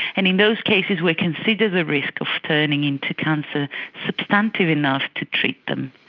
and in those cases we consider the risk of turning into cancer substantive enough to treat them.